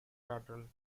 battle